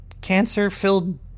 cancer-filled